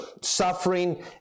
suffering